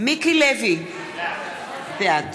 מיקי לוי, בעד